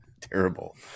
terrible